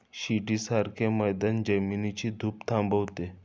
शिडीसारखे मैदान जमिनीची धूप थांबवते